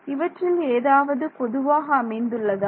இவற்றில் ஏதாவது பொதுவாக அமைந்துள்ளதா